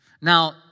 Now